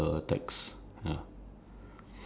ya uh I ya